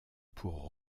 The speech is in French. pour